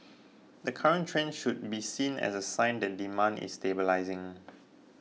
the current trend should be seen as a sign that demand is stabilising